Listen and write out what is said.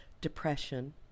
depression